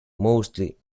mostly